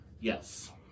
Yes